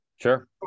Sure